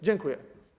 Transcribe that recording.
Dziękuję.